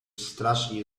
strasznie